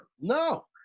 No